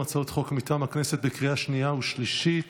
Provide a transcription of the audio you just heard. הצעות חוק מטעם הכנסת בקריאה שנייה ושלישית.